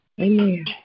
Amen